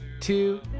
Two